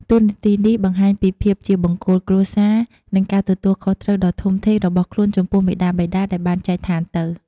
តួនាទីនេះបង្ហាញពីភាពជាបង្គោលគ្រួសារ និងការទទួលខុសត្រូវដ៏ធំធេងរបស់ខ្លួនចំពោះមាតាបិតាដែលបានចែកឋានទៅ។